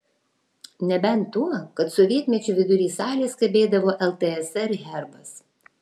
nebent tuo kad sovietmečiu vidury salės kabėdavo ltsr herbas